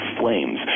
flames